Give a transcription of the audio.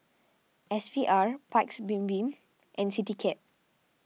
S V R Paik's Bibim and CityCab